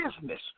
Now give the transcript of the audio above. business